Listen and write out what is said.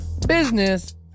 business